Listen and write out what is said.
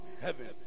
heaven